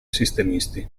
sistemisti